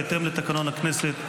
בהתאם לתקנון הכנסת.